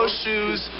shoes